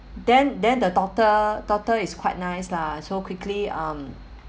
then then the doctor doctor is quite nice lah so quickly um